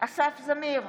אסף זמיר,